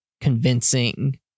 convincing